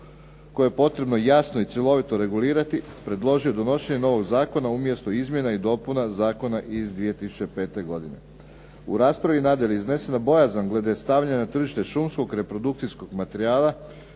koje je potrebno jasno i cjelovito regulirati predložio donošenje novog zakona umjesto izmjena i dopuna zakona iz 2005. godine. U raspravi je nadalje iznesena bojazan glede stavljanja na tržište šumskog reprodukcijskog materijala,